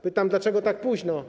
Pytam, dlaczego tak późno.